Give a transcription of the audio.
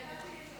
אין נמנעים.